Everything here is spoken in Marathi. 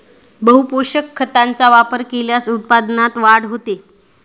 बहुपोषक खतांचा वापर केल्यास उत्पादनात वाढ होते